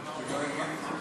חבריי חברי הכנסת,